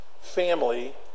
family